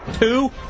two